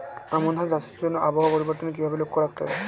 আমন ধান চাষের জন্য আবহাওয়া পরিবর্তনের কিভাবে লক্ষ্য রাখতে হয়?